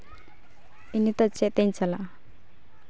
ᱤᱧ ᱱᱤᱛᱚᱜ ᱪᱮᱫ ᱛᱮᱧ ᱪᱟᱞᱟᱜᱼᱟ